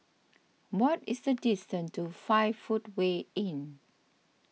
what is the distance to five Footway Inn